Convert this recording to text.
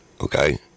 Okay